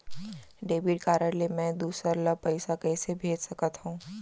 Debit card ले मैं दूसर ला पइसा कइसे भेज सकत हओं?